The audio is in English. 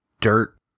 dirt